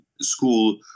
school